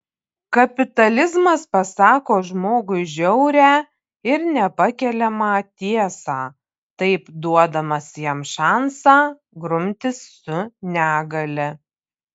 kapitalizmas pasako žmogui žiaurią ir nepakeliamą tiesą taip duodamas jam šansą grumtis su negalia